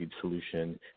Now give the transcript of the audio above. Solution